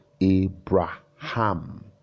Abraham